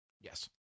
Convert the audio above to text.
Yes